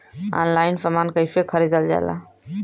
Online समान कैसे खरीदल जाला?